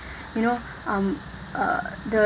you know um uh the